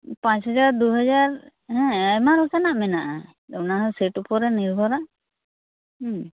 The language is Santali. ᱯᱟᱸᱪ ᱦᱚᱡᱟᱨ ᱫᱩ ᱦᱚᱡᱟᱨ ᱦᱮᱸ ᱟᱭᱢᱟ ᱞᱮᱠᱟᱱᱟᱜ ᱢᱮᱱᱟᱜᱼᱟ ᱚᱱᱟ ᱦᱚᱸ ᱥᱮᱴ ᱩᱯᱚᱨᱮ ᱱᱤᱨᱵᱷᱚᱨᱟ